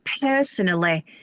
personally